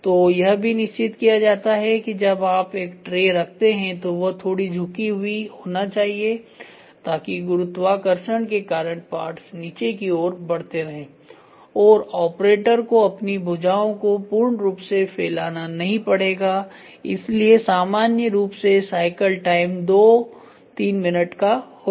तो यह भी निश्चित किया जाता है कि जब आप एक ट्रे रखते हैं तो वह थोड़ी झुकी हुई होना चाहिए ताकि गुरुत्वाकर्षण के कारण पार्ट्स नीचे की ओर बढ़ते रहें और ऑपरेटर को अपनी भुजाओं को पूर्ण रूप से फैलाना नहीं पड़ेगा इसलिए सामान्य रूप से साइकिल टाइम दो तीन मिनट का होगा